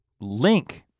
link